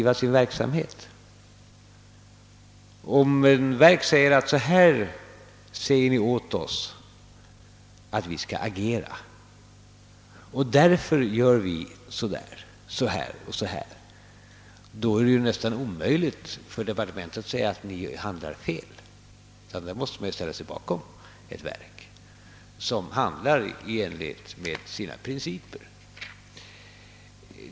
Om ett verk åberopar att så här säger ni åt oss att vi skall agera och därför gör vi så eller så, är det nästan omöjligt för departementet att svara att ni har handlat fel, utan man måste ställa sig bakom ett verk som handlar i enlighet med sig förelagda principer.